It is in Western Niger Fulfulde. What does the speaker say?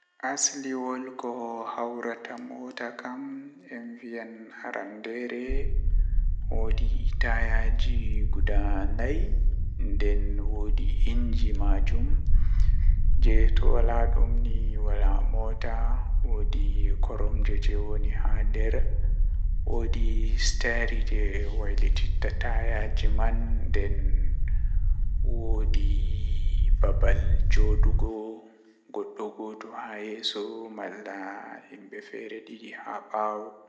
Ndabbawa jei mi buri yidugo kanjum woni gertugal ngam tomi wurni gertugam neebi-neebi mi wawan mi hirsa dum mi iyakka kudel am